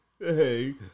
Hey